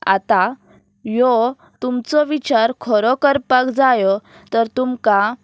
आतां ह्यो तुमचो विचार खरो करपाक जायो तर तुमकां